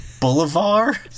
Boulevard